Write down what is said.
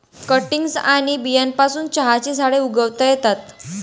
cuttings आणि बियांपासून चहाची झाडे उगवता येतात